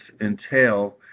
entail